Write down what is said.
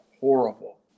horrible